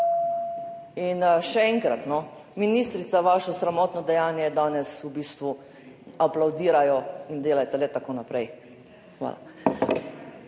In še enkrat, ministrica, vaše sramotno dejanje danes v bistvu aplavdirajo in delajte le tako naprej. Hvala.